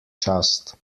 čast